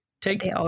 take